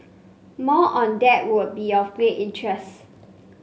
more on that would be of great interest